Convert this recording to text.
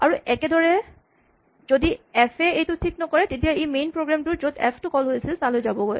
আৰু একেধৰণে যদি এফ এ এইটো ঠিক নকৰে তেতিয়া ই মেইন প্ৰগ্ৰেম টোৰ যত এফ টো কল হৈছিল তালৈ যাবগৈ